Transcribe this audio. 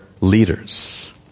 leaders